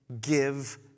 give